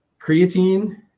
Creatine